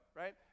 right